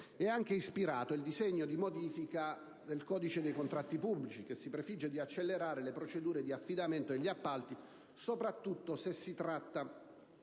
anche il disegno di modifica al codice dei contratti pubblici, che si prefigge di accelerare le procedure di affidamento degli appalti - soprattutto se si tratta